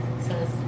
says